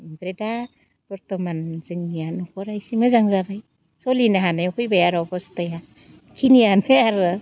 ओमफ्राय दा बर्थमान जोंनिया न'खरा इसे मोजां जाबाय सलिनो हानायाव फैबाय आर' अबस्थाया इखिनियानो आर'